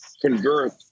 convert